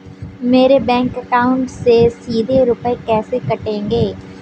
मेरे bank account से सीधे रुपए कैसे कटेंगे?